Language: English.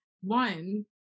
one